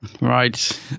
Right